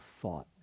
thought